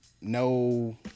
no